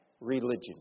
religion